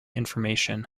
information